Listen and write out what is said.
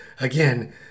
again